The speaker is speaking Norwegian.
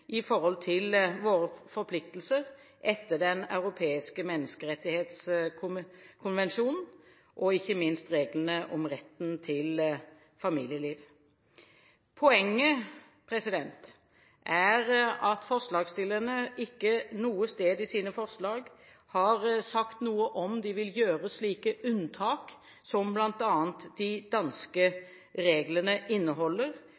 i forhold til våre forpliktelser etter Den europeiske menneskerettighetskonvensjonen – ikke minst reglene om retten til familieliv. Poenget er at forslagsstillerne ikke noe sted i sine forslag har sagt noe om de vil gjøre slike unntak som bl.a. de danske reglene inneholder,